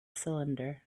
cylinder